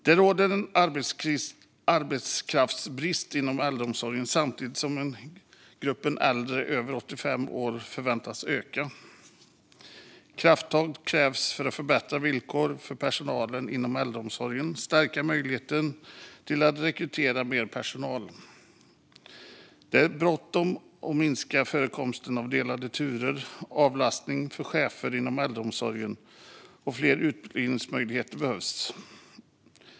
Det råder arbetskraftsbrist inom äldreomsorgen samtidigt som gruppen äldre över 85 år förväntas öka. Krafttag krävs för förbättrade villkor för personalen inom äldreomsorgen och för att stärka möjligheten att rekrytera mer personal. Det är bråttom att minska förekomsten av delade turer och att ordna avlastning för cheferna inom äldreomsorgen. Fler utbildningsmöjligheter behövs också.